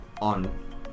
on